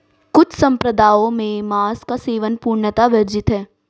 कुछ सम्प्रदायों में मांस का सेवन पूर्णतः वर्जित है